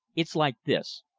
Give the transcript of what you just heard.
it's like this,